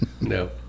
No